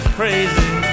crazy